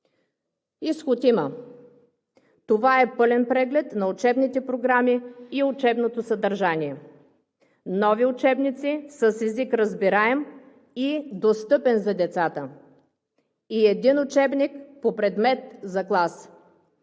Изход има! Това е пълен преглед на учебните програми и учебното съдържание – нови учебници с език разбираем и достъпен за децата, и един учебник по предмет за клас.